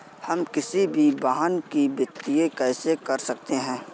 हम किसी भी वाहन को वित्त कैसे कर सकते हैं?